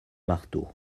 marteau